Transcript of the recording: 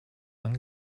man